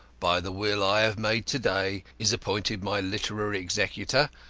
by the will i have made to-day, is appointed my literary executor,